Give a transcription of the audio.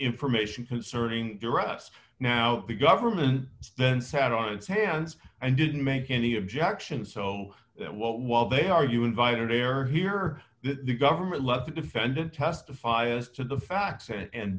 information concerning duress now the government then sat on its hands and didn't make any objection so what while they argue invited error here the government let the defendant testify as to the facts and